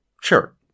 Sure